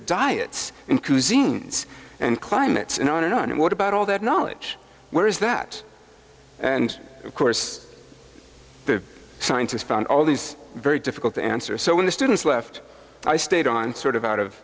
and climates and on and on and what about all that knowledge where is that and of course the scientists found all these very difficult to answer so when the students left i stayed on sort of out of